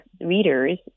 readers